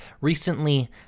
recently